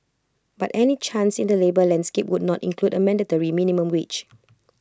but any change in the labour landscape would not include A mandatory minimum wage